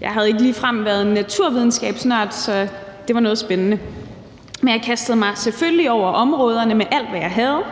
Jeg havde ikke ligefrem været naturvidenskabsnørd, så det var noget spændende. Men jeg kastede mig selvfølgelig over områderne med alt, hvad jeg havde,